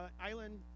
island